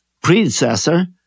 predecessor